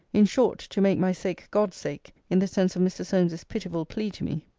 in short, to make my sake god's sake, in the sense of mr. solmes's pitiful plea to me?